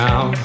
Now